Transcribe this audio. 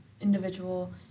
individual